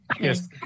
Yes